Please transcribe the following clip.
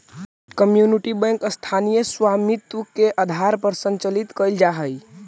community bank स्थानीय स्वामित्व के आधार पर संचालित कैल जा हइ